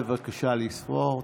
בבקשה לספור.